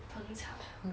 捧场